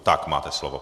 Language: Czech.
Tak máte slovo.